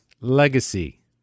legacy